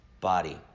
body